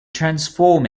transform